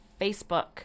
Facebook